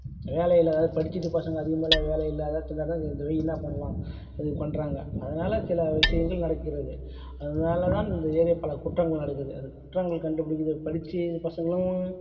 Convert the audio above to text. வேலை இல்லாததினால படிச்சுட்டு பசங்கள் அதிகமாக வேலை இல்லாததினால திண்டாட்டம் இந்த வழி என்ன பண்ணலாம் இது பண்ணுறாங்க அதனால் சில விஷயங்கள் நடக்கிறது அதனால்தான் இந்த ஏரியா பல குற்றங்கள் நடக்குது அது குற்றங்கள் கண்டுபிடிக்கிறது படிச்சு பசங்களும்